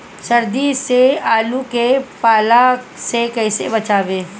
सर्दी में आलू के पाला से कैसे बचावें?